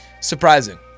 Surprising